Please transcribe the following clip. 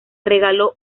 regaló